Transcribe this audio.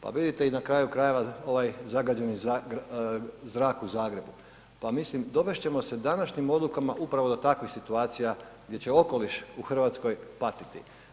Pa vidite i na kraju krajeva ovaj zagađeni zrak u Zagrebu, pa mislim dovest ćemo se današnjim odlukama upravo do takvih situacija gdje će okoliš u RH patiti.